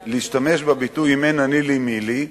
להשתמש בביטוי: אם אין אני לי, מי לי,